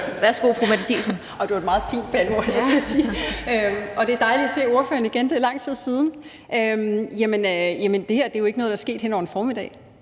Kl. 15:18 Mette Thiesen (NB): Det var et meget fint bandeord, må jeg sige, og det er dejligt at se ordføreren igen. Det er lang tid siden. Det her er jo ikke noget, der er sket hen over en formiddag.